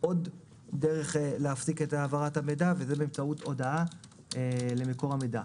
עוד דרך להפסיק את העברת המידע וזה באמצעות הודעה למקור המידע.